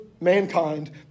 mankind